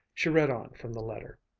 she read on from the letter